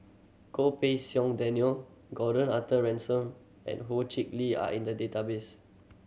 Goh Pei Siong Daniel Gordon Arthur Ransome and Ho Chee Lee are in the database